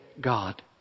God